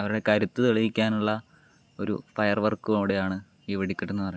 അവരുടെ കരുത്ത് തെളിയിക്കാനുള്ള ഒരു ഫയർ വർക്ക് കൂടിയാണ് ഈ വെടിക്കെട്ടെന്ന് പറയണത്